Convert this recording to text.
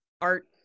art